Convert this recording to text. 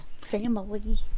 family